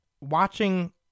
watching